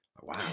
Wow